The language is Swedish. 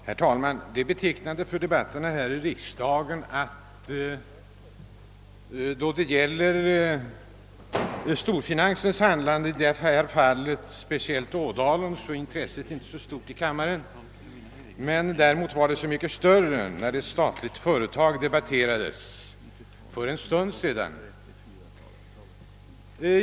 Herr talman! Det är betecknande för debatterna här i riksdagen att då det gäller storfinansens handlande, speciellt i Ådalen, intresset inte är så stort. Det var däremot så mycket större när ett statligt företags svårigheter debatterades här för en stund sedan.